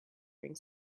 bring